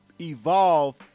evolve